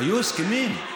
היו הסכמים.